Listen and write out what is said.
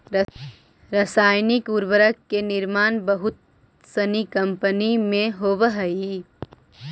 रसायनिक उर्वरक के निर्माण बहुत सनी कम्पनी में होवऽ हई